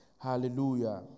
Hallelujah